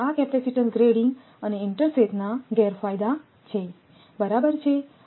તેથી આ capacitance grading અને ઇન્ટરસેથના ગેરફાયદા છે બરાબર છે